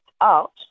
out